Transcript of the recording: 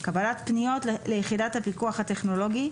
קבלת פניות ליחידת הפיקוח הטכנולוגי,